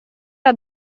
era